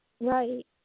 Right